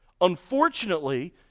Unfortunately